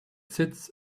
sits